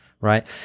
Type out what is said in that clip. Right